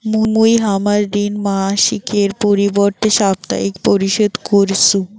মুই হামার ঋণ মাসিকের পরিবর্তে সাপ্তাহিক পরিশোধ করিসু